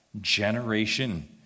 Generation